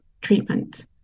treatment